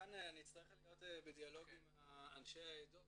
כאן אצטרך להיות בדיאלוג עם אנשי העדות